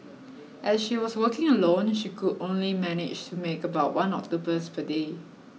as she was working alone she could only manage to make about one octopus per day